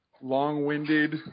long-winded